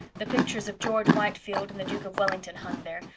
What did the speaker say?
the pictures of george whitefield and the duke of wellington hung there,